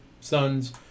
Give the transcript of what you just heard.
sons